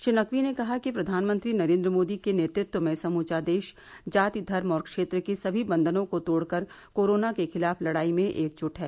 श्री नकवी ने कहा कि प्रधानमंत्री नरेंद्र मोदी के नेतत्व में समूचा देश जाति धर्म और क्षेत्र के सभी बंधनों को तोड़कर कोरोना के खिलाफ लडाई में एकजुट है